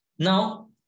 Now